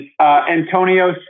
Antonio